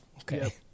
Okay